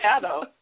shadow